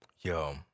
Yo